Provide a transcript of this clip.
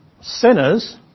sinners